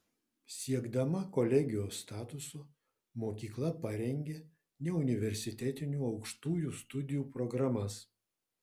siekdama kolegijos statuso mokykla parengė neuniversitetinių aukštųjų studijų programas